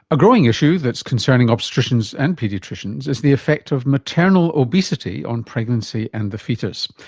a growing issue that's concerning obstetricians and paediatricians is the effect of maternal obesity on pregnancy and the foetus.